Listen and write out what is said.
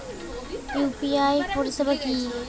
UPI পরিসেবা কি?